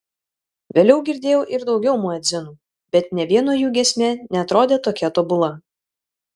vėliau girdėjau ir daugiau muedzinų bet nė vieno jų giesmė neatrodė tokia tobula